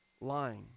lying